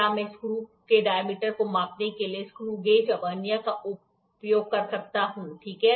क्या मैं स्क्रू के डायमीटर को मापने के लिए स्क्रू गेज या वर्नियर का उपयोग कर सकता हूं ठीक है